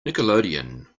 nickelodeon